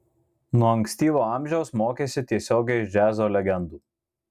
nuo ankstyvo amžiaus mokėsi tiesiogiai iš džiazo legendų